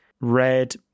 red